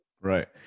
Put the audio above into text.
Right